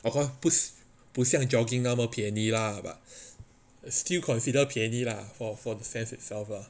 好吧不不像 jogging 那么便宜 lah but still consider 便宜 lah for for the fans itself lah